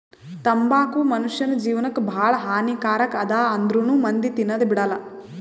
ತಂಬಾಕು ಮುನುಷ್ಯನ್ ಜೇವನಕ್ ಭಾಳ ಹಾನಿ ಕಾರಕ್ ಅದಾ ಆಂದ್ರುನೂ ಮಂದಿ ತಿನದ್ ಬಿಡಲ್ಲ